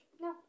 No